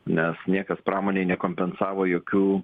nes niekas pramonei nekompensavo jokių